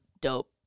dope